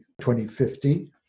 2050